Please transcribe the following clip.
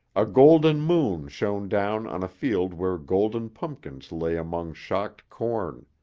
a golden moon shone down on a field where golden pumpkins lay among shocked corn.